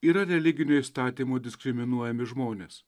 yra religiniai įstatymų diskriminuojami žmonės